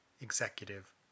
executive